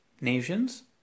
nations